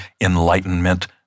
enlightenment